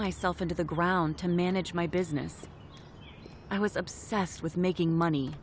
myself into the ground to manage my business i was obsessed with making money